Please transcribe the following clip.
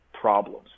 problems